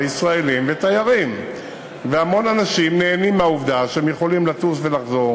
ישראלים ותיירים והמון אנשים נהנים מהעובדה שהם יכולים לטוס ולחזור,